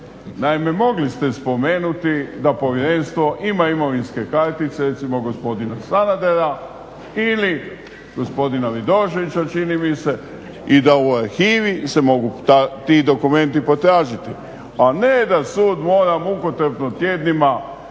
Naime, mogli ste spomenuli da Povjerenstvo ima imovinske kartice, recimo gospodina Sanadera ili gospodina Vidoševića čini mi se i da u arhivi se mogu ti dokumenti potražiti, a ne da sud mora mukotrpno tjednima